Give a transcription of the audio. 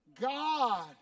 God